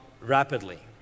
rapidly